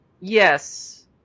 Yes